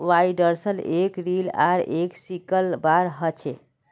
बाइंडर्सत एक रील आर एक सिकल बार ह छे